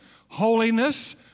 holiness